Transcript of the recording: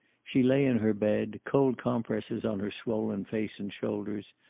she lay in her bed, cold compresses on her swollen face and shoulders,